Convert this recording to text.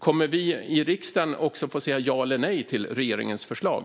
Kommer vi i riksdagen att också få säga ja eller nej till regeringens förslag?